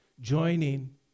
joining